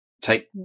take